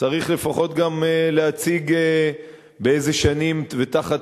צריך לפחות גם להציג באיזה שנים ותחת